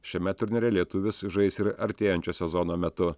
šiame turnyre lietuvis žais ir artėjančio sezono metu